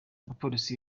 umupolisi